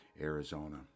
Arizona